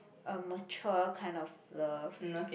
a mature kind of love